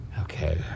Okay